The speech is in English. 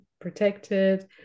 protected